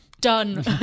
Done